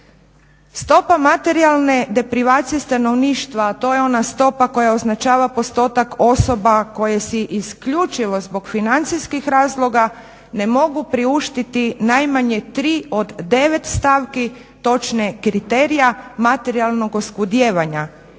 Stopa materijalne deprivacije stanovništva, a to je ona stopa koja označava postotak osoba koje si isključivo zbog financijskih razloga ne mogu priuštiti najmanje tri od devet stavki točne kriterija materijalnog oskudijevanja